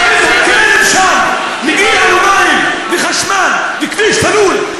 האם הכלב שם מגיע לו מים וחשמל וכביש סלול,